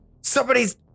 somebody's